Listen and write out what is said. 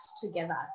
together